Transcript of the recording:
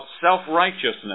self-righteousness